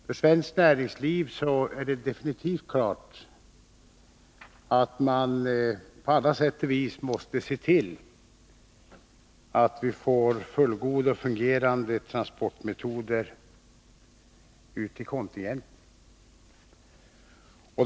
För svenskt näringsliv är det definitivt klart att man på alla sätt som finns måste se till att få fullgoda och fungerande metoder för transport ut till kontinenten.